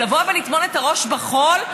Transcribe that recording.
ולבוא ולטמון את הראש בחול,